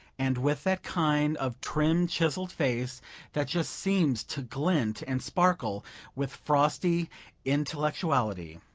and with that kind of trim-chiseled face that just seems to glint and sparkle with frosty intellectuality!